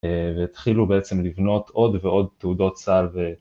והתחילו בעצם לבנות עוד ועוד תעודות סל ו...